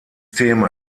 thema